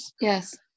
Yes